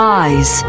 eyes